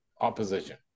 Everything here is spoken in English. opposition